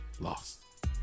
Lost